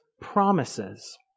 promises